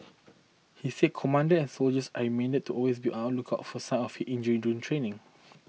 he said commander and soldiers are reminded to always be outlook of for sign of injury during training